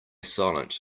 silent